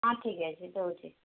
ହଁ ଠିକ୍ ଅଛି ଦଉଛି